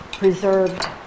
Preserved